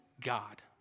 God